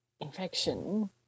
infection